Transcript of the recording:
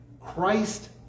Christ